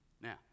now